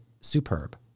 superb